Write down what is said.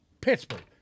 Pittsburgh